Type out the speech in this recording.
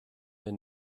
wir